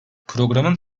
programın